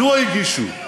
מדוע הגישו?